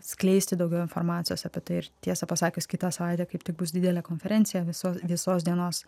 skleisti daugiau informacijos apie tai ir tiesą pasakius kitą savaitę kaip tik bus didelė konferencija visos visos dienos